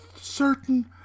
certain